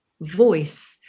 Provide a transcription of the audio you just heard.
voice